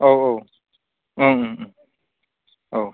औ औ औ